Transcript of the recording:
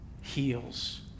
heals